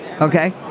Okay